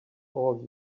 all